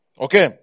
Okay